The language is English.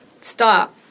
Stop